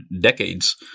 decades